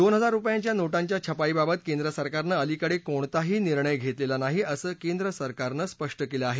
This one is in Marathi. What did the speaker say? दोन हजार रुपयांच्या नोटांच्या छपाईबाबत केंद्रसरकारनं अलीकडे कोणताही निर्णय घेतलेला नाही असं केंद्रसरकारनं स्पष्ट केलं आहे